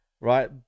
right